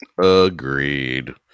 Agreed